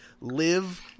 Live